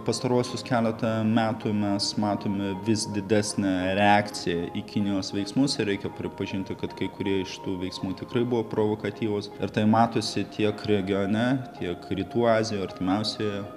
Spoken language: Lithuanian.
pastaruosius keletą metų mes matome vis didesnę reakciją į kinijos veiksmus ir reikia pripažinti kad kai kurie iš tų veiksmų tikrai buvo provokatyvūs ir tai matosi tiek regione tiek rytų azijoje artimiausioje